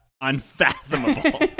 Unfathomable